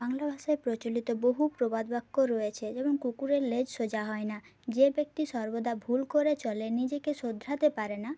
বাংলা ভাষায় প্রচলিত বহু প্রবাদ বাক্য রয়েছে যেমন কুকুরের লেজ সোজা হয় না যে ব্যক্তি সর্বদা ভুল করে চলে নিজেকে শোধরাতে পারে না